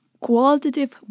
qualitative